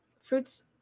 fruits